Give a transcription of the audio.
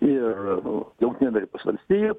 ir jungtinių amerikos valstijų